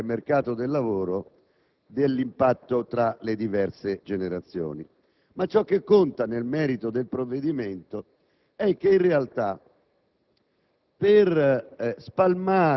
soprattutto in termini di *welfare* e mercato del lavoro, dell'impatto tra le diverse generazioni. Ma ciò che conta, nel merito del provvedimento, è che in realtà